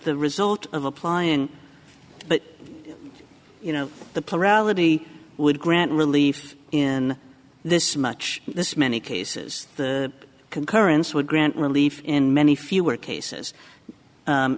the result of applying but you know the plurality would grant relief in this much this many cases the concurrence would grant relief in many fewer cases